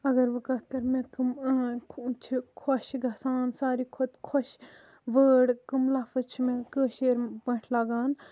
اگر بہٕ کتھ کَرٕ مےٚ کٕم چھِ خۄش گَژھان ساروی کھۄتہٕ خۄش وٲڑ کٕم لفظ چھِ مےٚ کٲشر پٲٹھۍ لَگان